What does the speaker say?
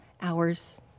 hours